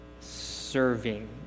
serving